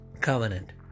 covenant